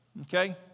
Okay